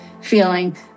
feeling